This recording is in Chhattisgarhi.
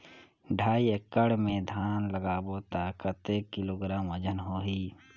ढाई एकड़ मे धान लगाबो त कतेक किलोग्राम वजन होही?